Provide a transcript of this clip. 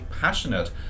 passionate